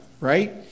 Right